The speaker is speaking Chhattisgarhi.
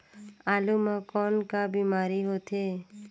आलू म कौन का बीमारी होथे?